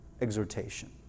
exhortation